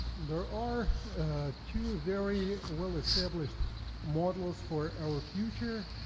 there are two very well established models for our future.